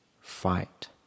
fight